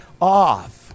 off